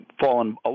fallen